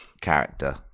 character